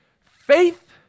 Faith